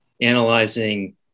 analyzing